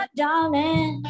darling